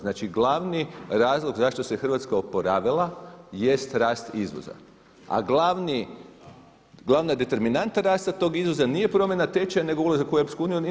Znači glavni razlog zašto se Hrvatska oporavila jeste rast izvoza, a glavna determinanta rasta tog izvoza nije promjena tečaja nego ulazak u EU.